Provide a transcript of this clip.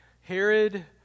Herod